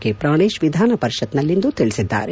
K Pranesh ವಿಧಾನ ಪರಿಷತ್ನಲ್ಲಿಂದು ತಿಳಿಸಿದ್ದಾರೆ